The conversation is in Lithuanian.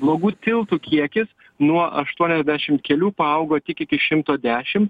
blogų tiltų kiekis nuo aštuoniasdešim kelių paaugo tik iki šimto dešim